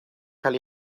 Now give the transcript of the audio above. cael